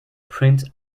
print